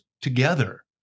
together